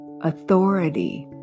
Authority